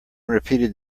repeated